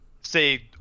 say